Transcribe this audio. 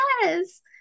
yes